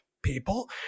People